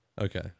okay